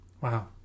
Wow